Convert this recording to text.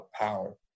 power